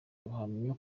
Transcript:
bahamya